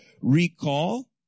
recall